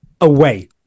away